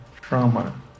trauma